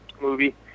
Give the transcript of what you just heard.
movie